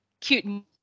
cute